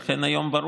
לכן, היום ברור